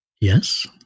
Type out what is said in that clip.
Yes